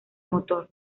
motor